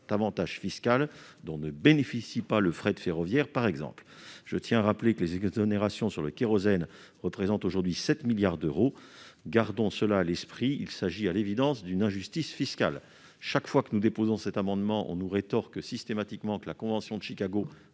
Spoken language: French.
avantage fiscal dont ne bénéficie pas, par exemple, le fret ferroviaire ? Je tiens à rappeler que les exonérations sur le kérosène représentent aujourd'hui 7 milliards d'euros. Gardons à l'esprit qu'il s'agit à l'évidence d'une injustice fiscale. Chaque fois que nous déposons cet amendement, on nous rétorque systématiquement que la convention de Chicago